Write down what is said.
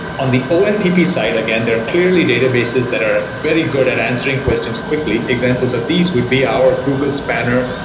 on the oltp side, again, there are clearly databases that are very good at answering questions quickly. examples of these would be our google spanner,